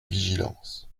vigilance